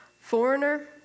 foreigner